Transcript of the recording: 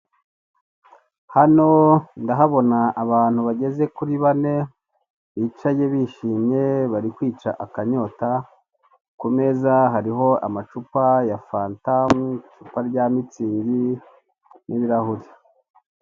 Hano ndahabona abantu bageze kuri bane bicaye bishimye, bari kwica akanyota kumeza hariho amacupa ya fanta n'icupa rya mitsngi n'ibirahure.